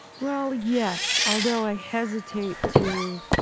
well, yes. although, i hesitate to